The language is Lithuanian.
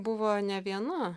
buvo ne viena